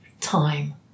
time